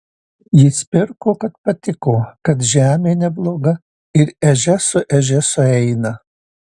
jis pirko kad patiko kad žemė nebloga ir ežia su ežia sueina